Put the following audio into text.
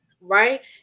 right